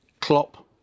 Klopp